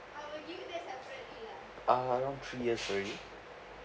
uh around three years already